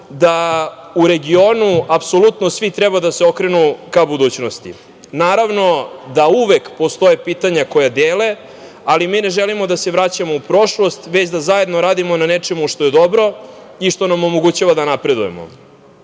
da u regionu apsolutno svi treba da se okrenu ka budućnosti. Naravno da uvek postoje pitanja koja dele, ali mi ne želimo da se vraćamo u prošlost, već da zajedno radimo na nečemu što je dobro i što nam omogućava da napredujemo. Treba